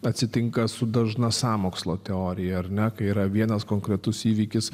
atsitinka su dažna sąmokslo teorija ar ne kai yra vienas konkretus įvykis